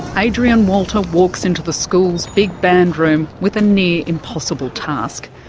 adrian walter walks into the school's big band room with a near impossible task.